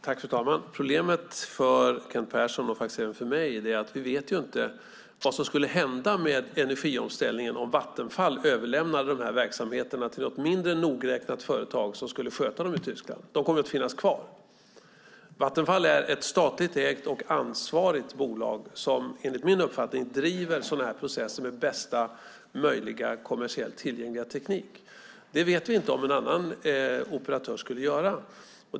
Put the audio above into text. Fru talman! Problemet för Kent Persson, och faktiskt även för mig, är att vi inte vet vad som skulle hända med energiomställningen om Vattenfall överlämnade verksamheterna till något mindre nogräknat företag som skulle sköta dem i Tyskland. De kommer att finnas kvar. Vattenfall är ett statligt ägt och ansvarigt bolag som enligt min uppfattning driver sådana här processer med bästa möjliga kommersiellt tillgängliga teknik. Det vet vi inte om någon annan operatör skulle göra.